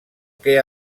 que